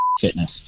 fitness